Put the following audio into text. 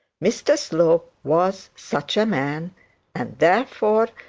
mr slope was such a man and, therefore,